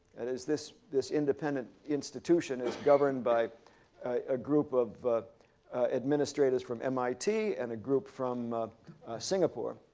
that is, this this independent institution is governed by a group of administrators from mit and a group from singapore.